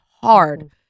hard